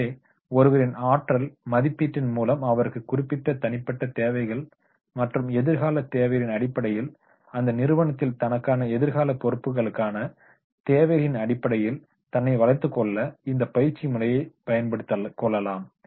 எனவே ஒருவரின் ஆற்றல் மதிப்பீட்டின் மூலம் அவருக்குத் குறிப்பிட்ட தனிப்பட்ட தேவைகள் மற்றும் எதிர்கால தேவைகளின் அடிப்படையில் அந்த நிறுவனத்தில் தனக்கான எதிர்கால பொறுப்புகளுக்கான தேவைகளின் அடிப்படையில் தன்னை வளர்த்துக்கொள்ள இந்த பயிற்சி முறையை பயன்படுத்திக்கொள்ளலாம்